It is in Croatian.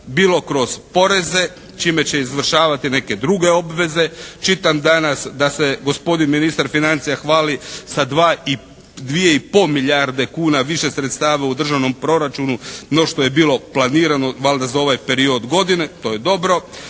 bilo kroz poreze, čime će izvršavati neke druge obveze. Čitam danas da se gospodin ministar financija hvali sa 2 i pol milijarde kuna više sredstava u državnom proračunu no što je bilo planirano valjda za ovaj period godine, to je dobro.